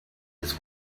his